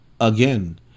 again